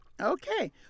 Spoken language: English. Okay